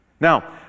Now